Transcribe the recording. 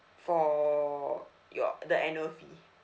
for your the annual fee